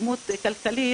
והתקדמות כלכלית,